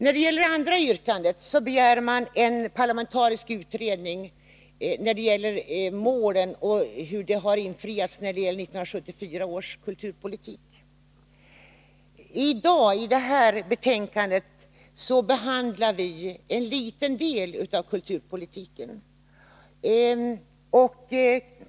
I det andra yrkandet begärs en parlamentarisk kommitté med uppgift att utvärdera 1974 års kulturpolitiska beslut och att föreslå vidare åtgärder. I detta betänkande behandlar vi en liten del av kulturpolitiken.